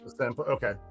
Okay